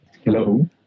Hello